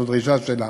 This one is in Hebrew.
זאת דרישה שלה,